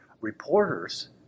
reporters